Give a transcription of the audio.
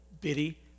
bitty